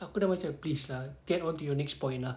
aku dah macam please lah get on to your next point lah